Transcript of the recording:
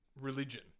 religion